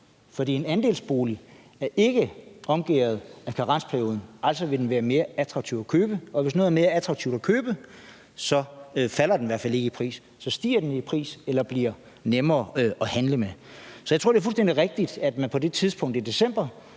fordi en andelsbolig ikke er omgærdet af karensperioden. Altså vil den være mere attraktiv at købe, og hvis noget er mere attraktivt at købe, falder det i hvert fald ikke i pris; så stiger det i pris eller bliver nemmere at handle med. Så jeg tror, det var fuldstændig rigtigt, da man på det tidspunkt i december